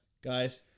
guys